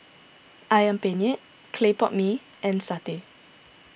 Ayam Penyet Clay Pot Mee and Satay